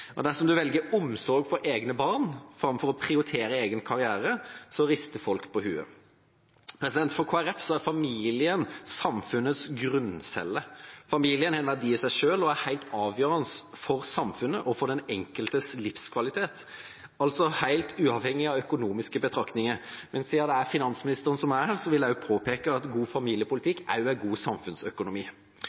Dersom en velger omsorg for egne barn framfor å prioritere egen karriere, rister folk på hodet. For Kristelig Folkeparti er familien samfunnets grunncelle. Familien er en verdi i seg selv og er helt avgjørende for samfunnet og for den enkeltes livskvalitet, altså helt uavhengig av økonomiske betraktninger. Men siden det er finansministeren som er her, vil jeg påpeke at god familiepolitikk også er god samfunnsøkonomi. Forskning viser altså en